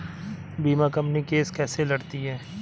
बीमा company case कैसे लड़ती है?